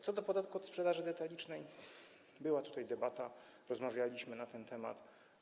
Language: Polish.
Co do podatku od sprzedaży detalicznej była tutaj debata, rozmawialiśmy na ten temat.